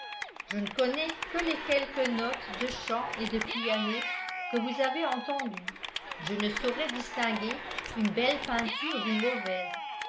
je ne connais que les quelques notes de chant et de piano que vous avez entendues je ne saurais distinguer une belle peinture d'une mauvaise